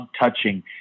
touching